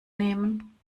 nehmen